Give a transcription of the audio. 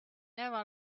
never